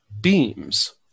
beams